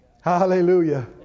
Hallelujah